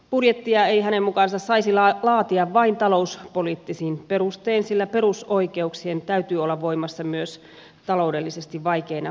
budjettia ei hänen mukaansa saisi laatia vain talouspoliittisin perustein sillä perusoikeuksien täytyy olla voimassa myös taloudellisesti vaikeina aikoina